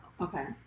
Okay